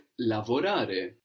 lavorare